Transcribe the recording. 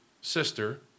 sister